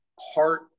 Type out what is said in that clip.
heart